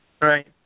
Right